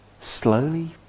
slowly